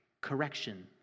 correction